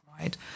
right